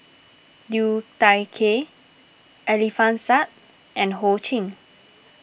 Liu Thai Ker Alfian Sa'At and Ho Ching